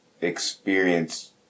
experience